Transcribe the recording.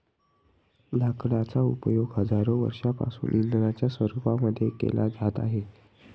लाकडांचा उपयोग हजारो वर्षांपासून इंधनाच्या रूपामध्ये केला जात आहे